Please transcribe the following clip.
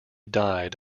died